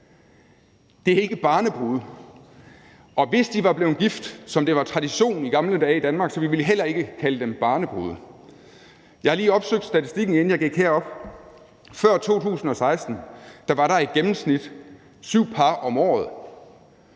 er det ikke barnebrude – og hvis de var blevet gift, som det var traditionen i gamle dage i Danmark, ville vi heller ikke kalde dem barnebrude. Jeg har lige opsøgt statistikken, inden jeg gik herop. Før 2016 var der i gennemsnit syv par om året